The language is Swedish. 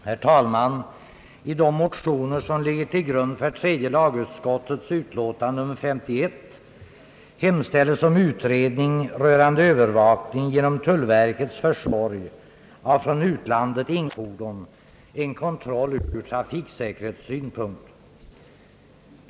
Herr talman! I de motioner som ligger till grund för tredje lagutskottets utlåtande nr 51 hemställes om utredning rörande övervakning genom tullverkets försorg av från utlandet inkommande motorfordon — en kontroll ur trafiksäkerhetssynpunkt.